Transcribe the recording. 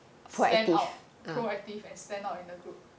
stand out proactive and stand out in a group